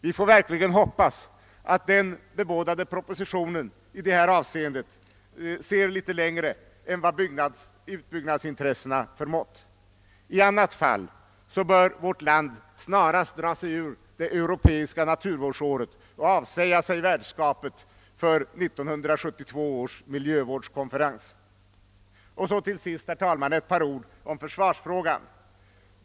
Vi får verkligen hoppas att den bebådade propositionen i detta avseende ser litet längre än vad utbyggnadsintressena förmått. I annat fall bör vårt land snarast dra sig ur det europeiska naturvårdsåret och avsäga sig värdskapet för 1972 års miljövårdskonferens. Till sist, herr talman, några ord om försvarsfrågan.